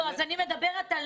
לא, אז אני מדברת על